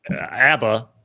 ABBA